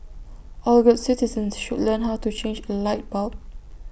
all good citizens should learn how to change A light bulb